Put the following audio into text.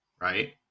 Right